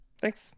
thanks